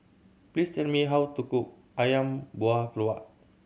please tell me how to cook Ayam Buah Keluak